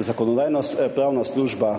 Zakonodajno-pravna služba,